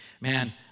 Man